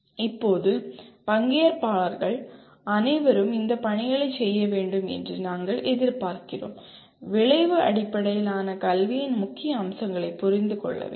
இப்போது பங்கேற்பாளர்கள் அனைவரும் இந்த பணிகளைச் செய்ய வேண்டும் என்று நாங்கள் எதிர்பார்க்கிறோம் விளைவு அடிப்படையிலான கல்வியின் முக்கிய அம்சங்களைப் புரிந்து கொள்ள வேண்டும்